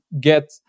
get